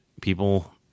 people